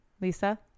lisa